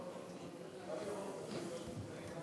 מה